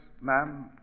ma'am